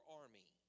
army